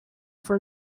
for